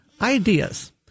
Ideas